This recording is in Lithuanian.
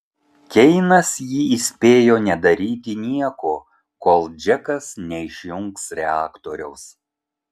keinas jį įspėjo nedaryti nieko kol džekas neišjungs reaktoriaus